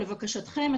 לבקשתכם,